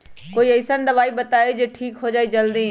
कोई अईसन दवाई बताई जे से ठीक हो जई जल्दी?